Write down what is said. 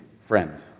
friend